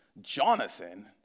Jonathan